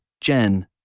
Jen